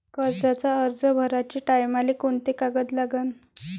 कर्जाचा अर्ज भराचे टायमाले कोंते कागद लागन?